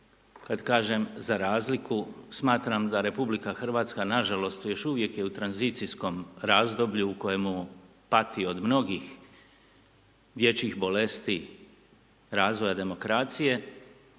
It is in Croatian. kad kažem za razliku, smatram da Republika Hrvatska nažalost još uvijek je u tranzicijskom razdoblju u kojemu pati od mnogih dječjih bolesti razvoja demokracije,